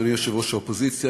אדוני יושב-ראש האופוזיציה,